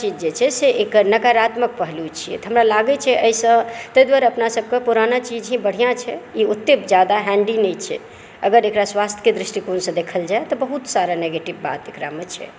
तऽ ई सब सारा चीज जे छै से एकर नकारात्मक पहलू छियै तऽ हमरा लागै छै एहिसँ ताहि दुआरे अपना सब के पुराना चीज ही बढ़िऑं छै ई ओते जादा हैंडी नहि छै अगर एकरा स्वास्थ्यके दृष्टिकोणसँ देखल जाय तऽ बहुत सारा निगेटिव बात एकरामे छै